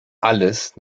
alles